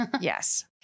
Yes